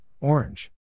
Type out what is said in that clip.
Orange